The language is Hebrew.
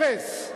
אפס.